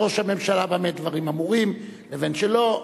ראש הממשלה במה דברים אמורים ובין שלא,